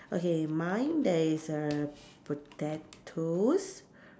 okay mine there is a potatoes